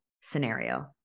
scenario